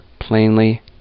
plainly